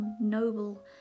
noble